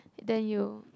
then you